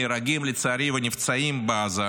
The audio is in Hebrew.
נהרגים, לצערי, ונפצעים בעזה,